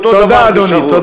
אותו דבר באל-שגור,